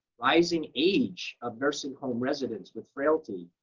rising age of nursing home residents with frailty.